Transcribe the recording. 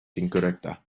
incorrecta